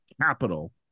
capital